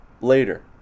later